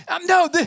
No